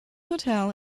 hotel